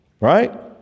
right